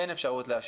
אין אפשרות לאשר.